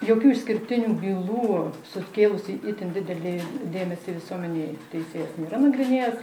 jokių išskirtinių bylų sukėlusį itin didelį dėmesį visuomenėje teisėjas nėra nagrinėjęs